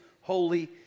holy